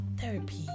therapy